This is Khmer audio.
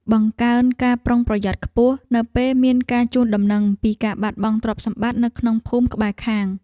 បង្កើនការប្រុងប្រយ័ត្នខ្ពស់នៅពេលមានការជូនដំណឹងពីការបាត់បង់ទ្រព្យសម្បត្តិនៅក្នុងភូមិក្បែរខាង។